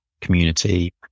community